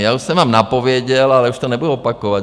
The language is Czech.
Já už jsem vám napověděl, ale už to nebudu opakovat.